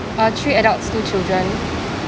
uh three adults two children